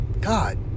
God